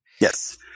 Yes